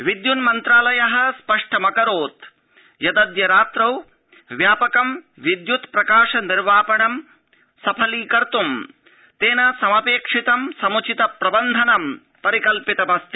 विद्यून्मन्त्रालयः स्पष्टमकरोत् यदद्य रात्रौ व्यापकम् विद्यूत् प्रकाश निर्वापणम् सफलीकत्त् तेन समपेक्षितं सम्चित प्रबन्धनं परिकल्पितमस्ति